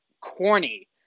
corny